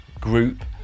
group